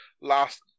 last